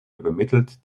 übermittelt